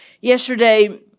yesterday